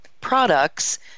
products